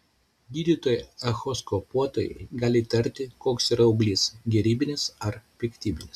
gydytojai echoskopuotojai gali įtarti koks yra auglys gerybinis ar piktybinis